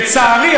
לצערי,